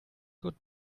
good